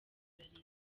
ararira